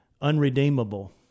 unredeemable